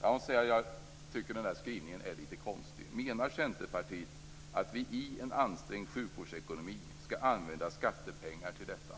Jag måste säga att skrivningen är lite konstig. Menar centerpartiet att vi i en ansträngd sjukvårdsekonomi skall använda skattepengar till detta?